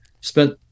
spent